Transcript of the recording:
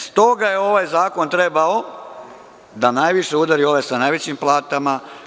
S toga je ovaj zakon trebao da najviše udari ove sa najvećim platama.